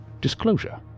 disclosure